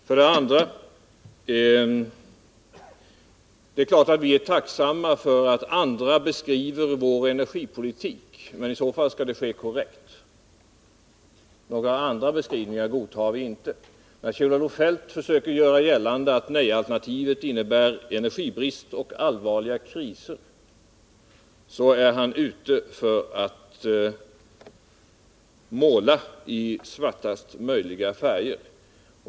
Vidare är det klart att vi är tacksamma för att andra beskriver vår energipolitik, men i så fall skall det ske korrekt. Några andra beskrivningar godtar vi inte. När Kjell-Olof Feldt försöker göra gällande att nejalternativet innebär energibrist och allvarliga kriser, är han ute för att måla i svartaste möjliga färger.